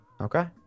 okay